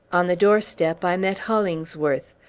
on the doorstep i met hollingsworth.